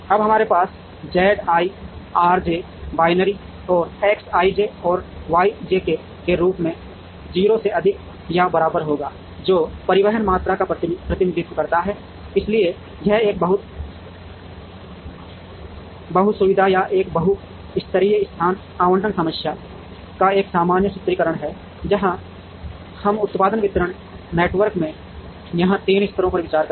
अब हमारे पास Z i R j binary और X ij और Y jk के रूप में 0 से अधिक या बराबर होगा जो परिवहन मात्रा का प्रतिनिधित्व करते हैं इसलिए यह एक बहु सुविधा या एक बहु स्तरीय स्थान आवंटन समस्या का एक सामान्य सूत्रीकरण है जहाँ हम उत्पादन वितरण नेटवर्क में यहां 3 स्तरों पर विचार करें